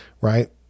right